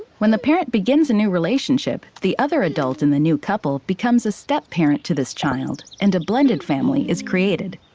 when the parent begins a new relationship, the other adult in the new couple becomes a step parent to this child, and a blended family is created.